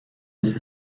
ist